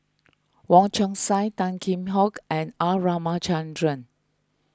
Wong Chong Sai Tan Kheam Hock and R Ramachandran